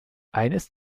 eines